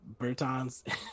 Bertons